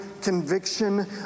conviction